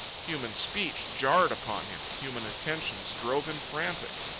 human speech jarred upon him. human attentions drove him frantic.